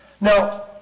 Now